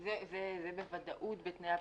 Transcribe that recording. זה בוודאות בתנאי הפוליסה.